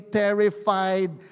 terrified